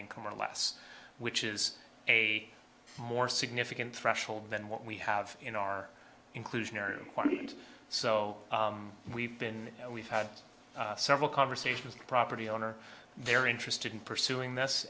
income or less which is a more significant threshold than what we have in our inclusionary quality and so we've been we've had several conversations the property owner they're interested in pursuing this